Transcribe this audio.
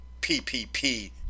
PPP